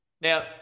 Now